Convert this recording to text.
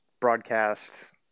broadcast